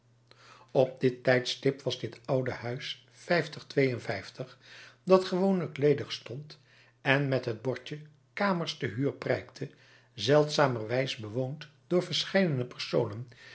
op dit tijdstip was dit oude huis dat gewoonlijk ledig stond en met het bordje kamers te huur prijkte zeldzamerwijs bewoond door verscheidene personen